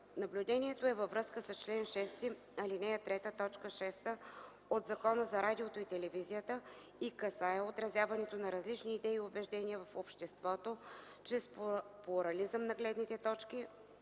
Наблюдението е във връзка с чл. 6, ал. 3, т. 6 от Закона за радиото и телевизията и касае отразяването на различните идеи и убеждения в обществото чрез плурализъм на гледните точки